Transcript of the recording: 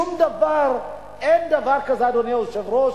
שום דבר, אין דבר כזה, אדוני היושב-ראש.